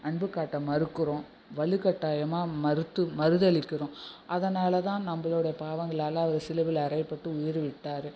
அன்பு காட்ட மறுக்கிறோம் வலுக்கட்டாயமாக மறுத்து மறுதலிக்கிறோம் அதனால் தான் நம்பளோடய பாவங்களால் அவர் சிலுவையில் அறையப்பட்டு உயிரை விட்டார்